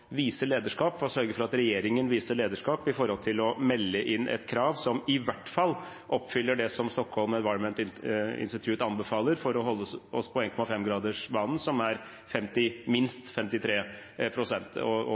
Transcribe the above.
vise lederskap og sørge for at regjeringen viser lederskap med hensyn til å melde inn et krav som i hvert fall oppfyller det som Stockholm Environment Institute anbefaler for at vi skal holde oss på 1,5-gradersbanen, som er minst 53 pst. – 55 pst. er